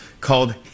called